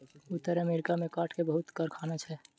उत्तर अमेरिका में काठ के बहुत कारखाना छै